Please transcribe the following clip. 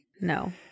No